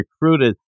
recruited